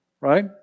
Right